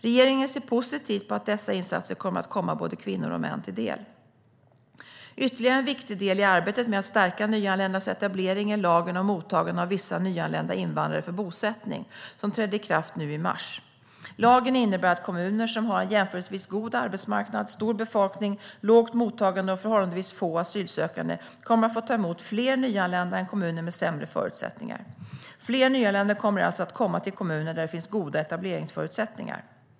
Regeringen ser positivt på att dessa insatser kommer att komma både kvinnor och män till del. Ytterligare en viktig del i arbetet med att stärka nyanländas etablering är lagen om mottagande av vissa nyanlända invandrare för bosättning, som trädde i kraft nu i mars. Lagen innebär att kommuner som har en jämförelsevis god arbetsmarknad, stor befolkning, lågt mottagande och förhållandevis få asylsökande kommer att få ta emot fler nyanlända än kommuner med sämre förutsättningar. Fler nyanlända kommer alltså att komma till kommuner där det finns goda etableringsförutsättningar.